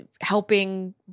helping